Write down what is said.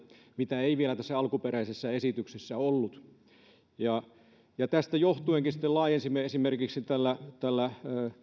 mitä ei vielä tässä alkuperäisessä esityksessä ollut tästä johtuen sitten esimerkiksi laajensimme tätä